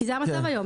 כי זה המצב היום,